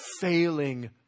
failing